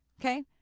Okay